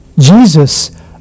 Jesus